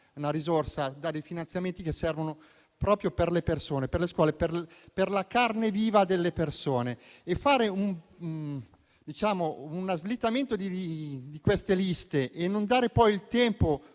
a questo. Il PNRR dà finanziamenti che servono proprio per le persone, per le scuole, per la carne viva delle persone. Disporre uno slittamento di queste liste e non dare poi il tempo